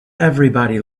everybody